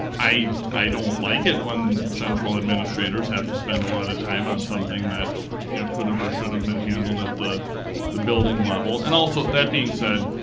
i i don't like it when central administrators have to spend a lot of time on something that you know could have or should've been handled at the the building level. and also, that being said,